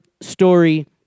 story